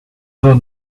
zones